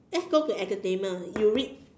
let's go to entertainment you read